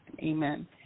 Amen